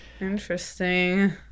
Interesting